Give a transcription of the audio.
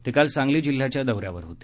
ते काल सांगली जिल्ह्याच्या दौऱ्यावर होते